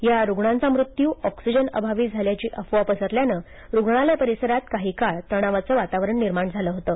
या रुग्णांचा मृत्यू ऑक्सिजनभावी झाल्याची अफवा पसरल्यानं रुग्णालय परिसरात काही काळ तणावाचं वातावरण निर्माण झालं होतं